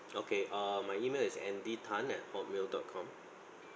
okay err my email is andy tan at hotmail dot com